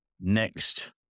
next